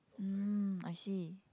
mm I see